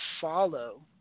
follow